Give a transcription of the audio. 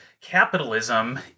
capitalism